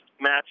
match